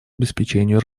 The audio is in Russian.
обеспечению